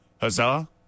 Huzzah